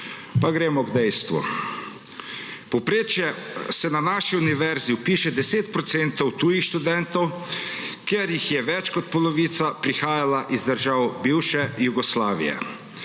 Pa gremo k dejstvu. V povprečje se na naši univerzi vpiše 10 % tujih študentov, ker jih je več kot polovica prihajal iz držav **3.